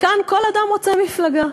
כאן כל אדם רוצה מפלגה.